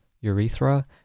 urethra